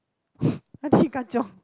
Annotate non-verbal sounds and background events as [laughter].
[breath] anuty kanchiong